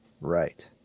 Right